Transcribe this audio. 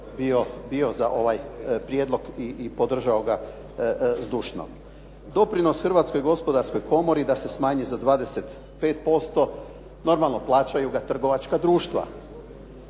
bio za ovaj prijedlog i podržao ga zdušno. Doprinos Hrvatskoj gospodarskoj komori da se smanji za 25% normalno, plaćaju ga trgovačka društva.